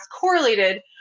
correlated